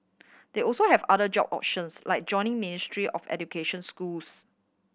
they also have other job options like joining Ministry of Education schools